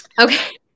Okay